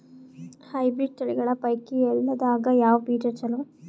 Hybrid ತಳಿಗಳ ಪೈಕಿ ಎಳ್ಳ ದಾಗ ಯಾವ ಬೀಜ ಚಲೋ?